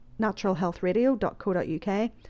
naturalhealthradio.co.uk